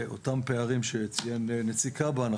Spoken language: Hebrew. ואותם פערים שציין נציג כיבוי אש,